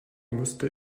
müsste